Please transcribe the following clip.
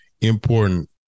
important